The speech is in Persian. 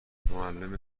معلم